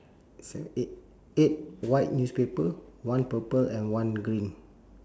eight eight white newspaper one purple and one green